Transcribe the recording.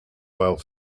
while